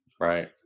Right